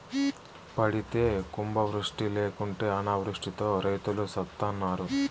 పడితే కుంభవృష్టి లేకుంటే అనావృష్టితో రైతులు సత్తన్నారు